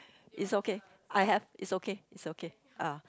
it's okay I have it's okay it's okay ah